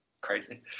crazy